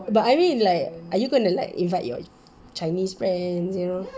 but I mean like are you gonna like invite your chinese friends you know